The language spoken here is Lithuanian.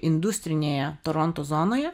industrinėje toronto zonoje